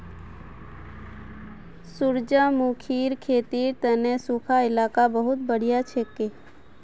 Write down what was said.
सूरजमुखीर खेतीर तने सुखा इलाका बहुत बढ़िया हछेक